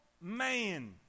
man